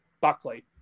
Buckley